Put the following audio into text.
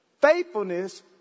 Faithfulness